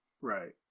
Right